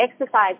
exercise